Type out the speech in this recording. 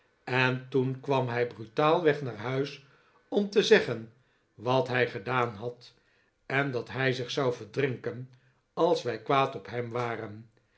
en toen kwam hij brutaalweg naar huis om te zeggen wat hij gedaan had en dat hij zich zou verdrinken als wij kwaad op hem waren